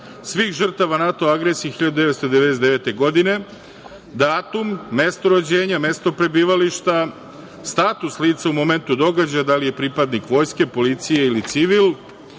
svih žrtava NATO agresije 1999. godine, datum, mesto rođenja, mesto prebivališta, status lica u momentu događaja, da li je pripadnik vojske, policije ili civil,